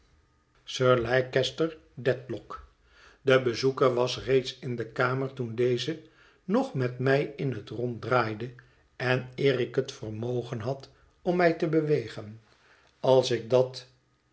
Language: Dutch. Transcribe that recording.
sir leicester dedlock de bezoeker was reeds in de kamer toen deze nog met mij in het rond draaide en eer ik het vermogen had om mij te bewegen als ik dat